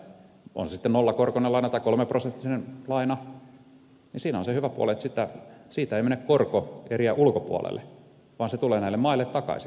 on se sitten nollakorkoinen laina tai kolmeprosenttinen laina niin siinä on se hyvä puoli että siitä ei mene korkoeriä ulkopuolelle vaan se tulee näille maille takaisin suoraan